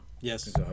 Yes